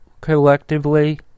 collectively